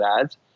ads